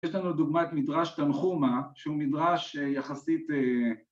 ‫יש לנו דוגמת מדרש תנחומה, ‫שהוא מדרש יחסית...